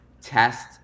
test